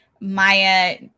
Maya